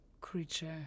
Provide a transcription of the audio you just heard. creature